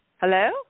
Hello